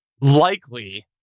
likely